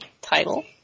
title